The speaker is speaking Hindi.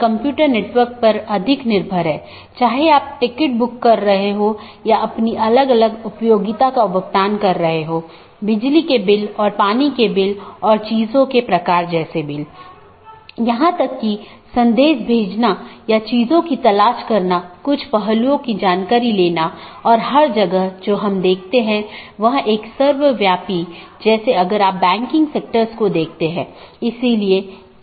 दूसरे अर्थ में हमारे पूरे नेटवर्क को कई ऑटॉनमस सिस्टम में विभाजित किया गया है जिसमें कई नेटवर्क और राउटर शामिल हैं जो ऑटॉनमस सिस्टम की पूरी जानकारी का ध्यान रखते हैं हमने देखा है कि वहाँ एक बैकबोन एरिया राउटर है जो सभी प्रकार की चीजों का ध्यान रखता है